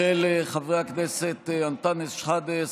של חברי הכנסת אנטאנס שחאדה,